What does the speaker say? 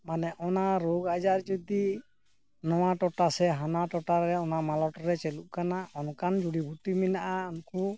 ᱢᱟᱱᱮ ᱚᱱᱟ ᱨᱳᱜᱽ ᱟᱡᱟᱨ ᱡᱩᱫᱤ ᱱᱚᱣᱟ ᱴᱚᱴᱟ ᱨᱮ ᱥᱮ ᱦᱟᱱᱟ ᱴᱚᱴᱟ ᱨᱮ ᱚᱱᱟ ᱢᱟᱞᱚᱴ ᱨᱮ ᱪᱟᱹᱞᱩᱜ ᱠᱟᱱᱟ ᱚᱱᱠᱟᱱ ᱡᱩᱲᱤᱵᱩᱴᱤ ᱢᱮᱱᱟᱜᱼᱟ ᱩᱱᱠᱩ